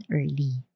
early